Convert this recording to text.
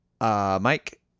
Mike